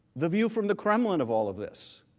the view from the kremlin of all of this.